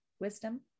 wisdom